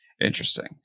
interesting